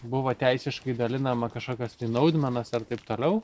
buvo teisiškai dalinama kažkokios tai naudmenas ar taip toliau